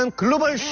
and global